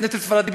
בית-כנסת ספרדי,